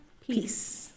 Peace